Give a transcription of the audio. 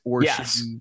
Yes